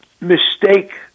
mistake